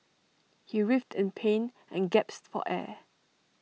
he writhed in pain and gasped for air